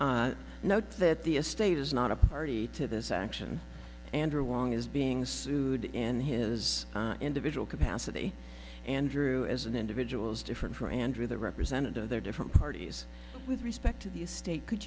years notes that the estate is not a party to this action andrew wang is being sued in his individual capacity andrew as an individual is different for andrew the representative there are different parties with respect to the estate could